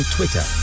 Twitter